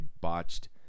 botched